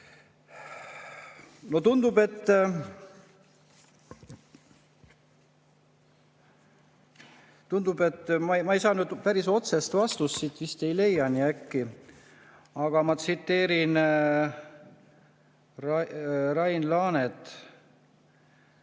... Tundub, et ma ei saa anda päris otsest vastust, ma vist ei leia nii äkki, aga ma tsiteerin Rain Laanet.